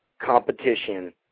competition